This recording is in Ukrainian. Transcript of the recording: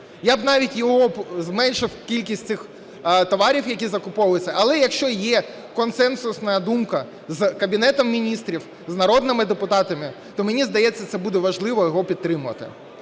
Я б навіть зменшив кількість цих товарів, які закуповуються. Але якщо є консенсусна думка з Кабінетом Міністрів, з народними депутатами, то мені здається, це буде важливо його підтримати.